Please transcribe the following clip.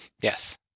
Yes